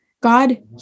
God